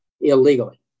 illegally